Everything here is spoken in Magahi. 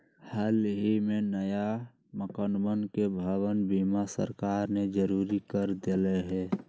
हल ही में नया मकनवा के भवन बीमा सरकार ने जरुरी कर देले है